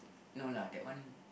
no lah that one